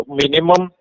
minimum